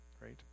right